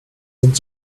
sind